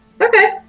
okay